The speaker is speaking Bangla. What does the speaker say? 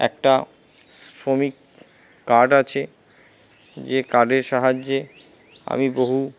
একটা শ্রমিক কার্ড আছে যে কার্ডের সাহায্যে আমি বহু